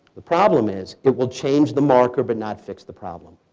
the problem is it will change the marker but not fix the problem.